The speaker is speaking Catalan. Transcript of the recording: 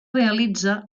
realitza